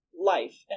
life